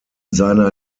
seiner